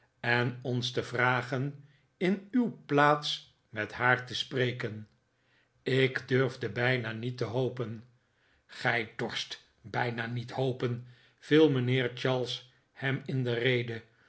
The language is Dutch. en ons te vragen in uw plaats met haar te spreken ik durfde bijna niet te hopen gij dorst bijna niet hopen viel mijnheer charles hem in de rede